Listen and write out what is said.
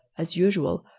as usual,